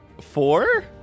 Four